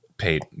Paid